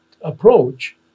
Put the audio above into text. approach